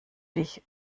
dich